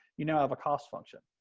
you know have a cost function.